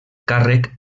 càrrec